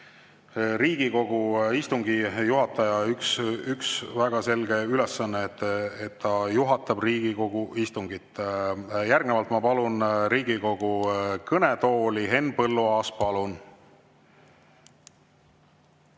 Riigikogu istungi juhataja väga selge ülesanne, kui ta juhatab Riigikogu istungit. Järgnevalt ma palun Riigikogu kõnetooli Henn Põlluaasa.